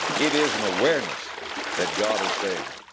it is an awareness that god is there.